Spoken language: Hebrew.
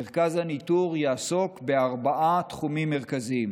מרכז הניטור יעסוק בארבעה תחומים מרכזיים: